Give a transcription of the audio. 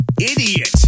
idiot